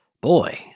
boy